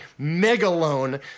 megalone